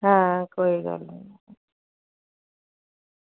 आं कोई गल्ल निं